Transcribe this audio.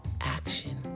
action